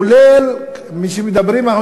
כולל מה שמדברים רובי,